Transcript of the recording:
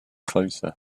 closer